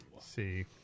see